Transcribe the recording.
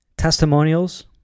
testimonials